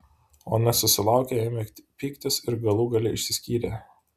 o nesusilaukę ėmė pyktis ir galų gale išsiskyrė